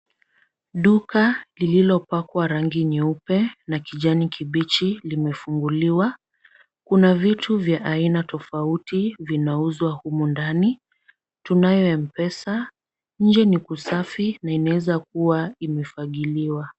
Duka lililopakwa rangi nyeupe na kijani kibichi limefunguliwa, kuna vitu vya aina tofauti vinauzwa humu ndani, tunayo M-pesa, nje ni kusafi na inawezakua imefagiliwa.